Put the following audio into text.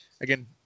again